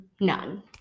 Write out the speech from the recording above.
none